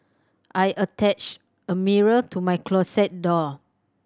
I attached a mirror to my closet door